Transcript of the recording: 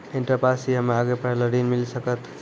Inter pass छी हम्मे आगे पढ़े ला ऋण मिल सकत?